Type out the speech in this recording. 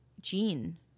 Gene